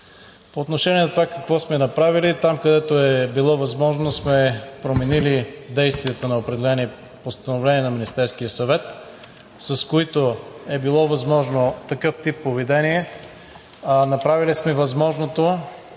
По отношение на това какво сме направили там, където е било възможно, сме променили действията на определени постановления на Министерския съвет, с които е било възможно такъв тип поведение. Направили сме възможното